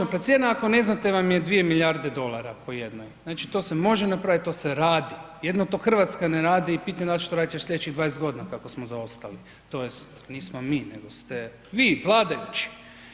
Dakle cijena ako ne znate vam je 2 milijarde dolara po jednoj, znači to se može napravit, to se radi, jedino to Hrvatska ne radi i pitam da li će to radit još slijedećih 20 g. kako smo zaostali tj. nismo mi nego ste vi, vladajući.